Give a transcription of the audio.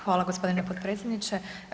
Hvala gospodine potpredsjedniče.